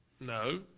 No